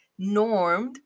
normed